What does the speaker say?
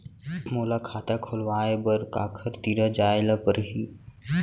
मोला खाता खोलवाय बर काखर तिरा जाय ल परही?